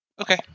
Okay